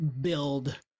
build